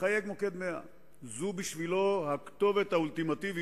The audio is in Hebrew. מחייג למוקד 100. זאת בשבילו הכתובת האולטימטיבית